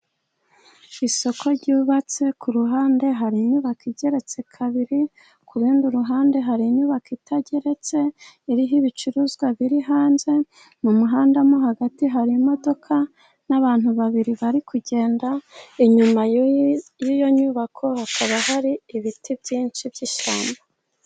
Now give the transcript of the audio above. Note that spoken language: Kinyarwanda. Ku isoko ryubatse ku ruhande hari inyubako igeretse kabiri, k'urundi ruhande hari inyubako itageretse, iriho ibicuruzwa biri hanze, mu muhanda mo hagati hari imodoka n'abantu babiri bari kugenda, inyuma y'iyo nyubako hakaba hari ibiti byinshi by'ishyamba.